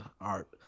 art